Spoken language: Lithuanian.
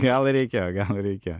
gal ir reikėjo gal ir reikėjo